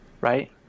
Right